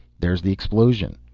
there's the explosion.